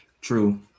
True